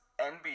NBA